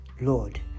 Lord